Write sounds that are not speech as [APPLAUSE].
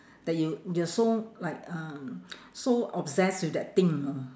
that you you're so like um [NOISE] so obsessed with that thing you know